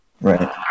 right